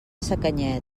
sacanyet